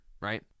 right